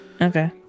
okay